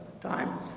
time